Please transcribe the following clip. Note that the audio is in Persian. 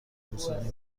موسیقی